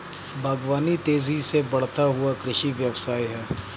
बागवानी तेज़ी से बढ़ता हुआ कृषि व्यवसाय है